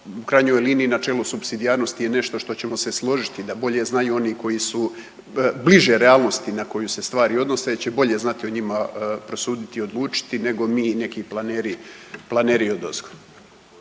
U krajnjoj liniji načelo supsidijarnosti je nešto što ćemo se složiti da bolje znaju oni koji su bliže realnosti na koju se stvari odnose će bolje znati o njima prosuditi i odlučiti nego mi neki planeri,